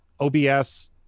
OBS